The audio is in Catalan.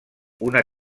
una